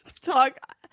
talk